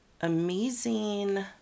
amazing